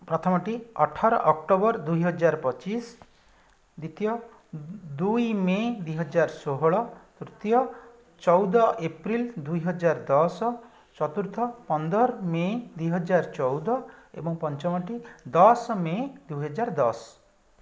ପ୍ରଥମଟି ଅଠର ଅକ୍ଟୋବର ଦୁଇହଜାର ପଚିଶ ଦ୍ୱିତୀୟ ଦୁଇ ମେ' ଦୁଇହଜାର ଷୋହଳ ତୃତୀୟ ଚଉଦ ଏପ୍ରିଲ ଦୁଇହଜାର ଦଶ ଚତୁର୍ଥ ପନ୍ଦର ମେ' ଦୁଇହଜାର ଚଉଦ ଏବଂ ପଞ୍ଚମଟି ଦଶ ମେ' ଦୁଇହଜାର ଦଶ